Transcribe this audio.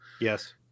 Yes